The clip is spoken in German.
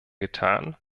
getan